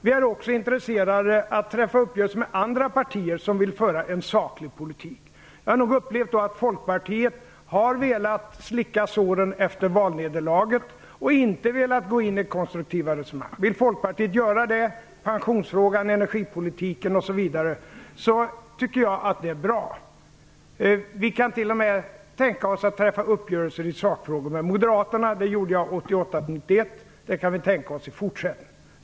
Vi är också intresserade av att träffa uppgörelser med andra partier som vill föra en saklig politik. Jag har nog upplevt att Folkpartiet har velat slicka såren efter valnederlaget och inte velat gå in i konstruktiva resonemang. Vill Folkpartiet göra det, i pensionsfrågan, i energipolitiken osv., tycker jag att det är bra. Vi kan t.o.m. tänka oss att träffa uppgörelser i sakfrågor med Moderaterna. Det gjorde jag 1988-1991, och det kan vi tänka oss i fortsättningen.